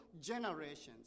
generations